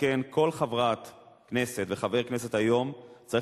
לכן כל חברת כנסת וחבר כנסת היום צריך,